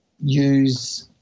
use